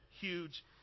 huge